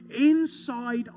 inside